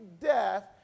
death